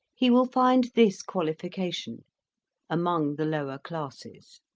he will find this qualification among the lower classes.